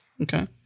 Okay